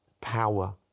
power